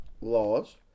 laws